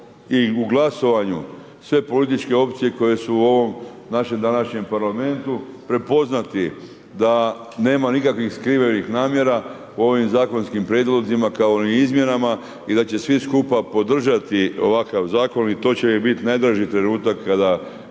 i u glasovanju sve političke opcije, koje su u ovom našem današnjem parlamentu, prepoznati da nema nikakvih skrivenih namjera u ovim zakonskim prijedlozima kao ni izmjenama i da će svi skupa podržati ovakav zakon i to će mi biti najdraži trenutka, kada